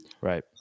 Right